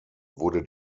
wurde